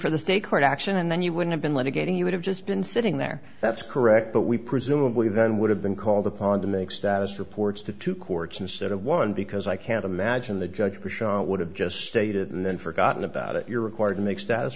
for the state court action and then you would have been litigating you would have just been sitting there that's correct but we presumably then would have been called upon to make status reports to two courts instead of one because i can't imagine the judge who shot would have just stated and then forgotten about it you're required to make status